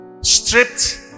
stripped